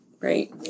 Right